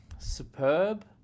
superb